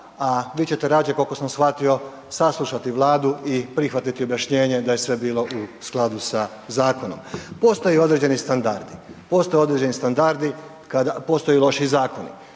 a vi ćete rađe, koliko sam shvatio, saslušati Vladu i prihvatiti objašnjenje da je sve bilo u skladu sa zakonom. Postoje određeni standardi, a postoje i loši zakoni